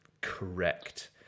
correct